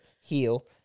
heal